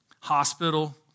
hospital